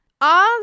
Oz